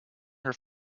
her